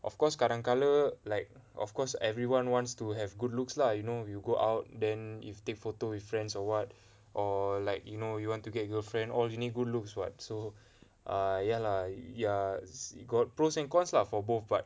of course kadangkala like of course everyone wants to have good looks lah you know you go out then if take photo with friends or what or like you know you want to get girlfriend all you need good looks [what] so err ya lah ya got pros and cons lah for both but